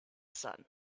sun